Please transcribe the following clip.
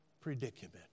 predicament